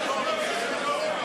חבר הכנסת שנלר,